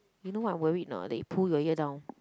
you know what I worried not that you pull your ear down